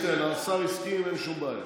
השר הסכים, אין שום בעיה.